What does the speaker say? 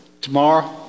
tomorrow